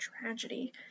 tragedy